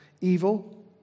evil